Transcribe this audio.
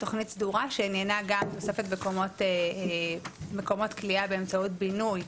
תוכנית סדורה שעניינה גם תוספת מקומות כליאה באמצעות בינוי.